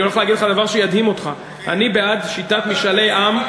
אני הולך להגיד לך דבר שידהים אותך: אני בעד שיטת משאלי עם.